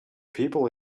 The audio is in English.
people